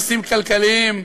נושאים כלכליים,